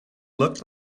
looked